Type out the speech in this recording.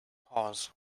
pause